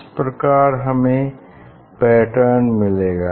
इस प्रकार हमें फ्रिंज पैटर्न मिलेगा